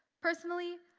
personally,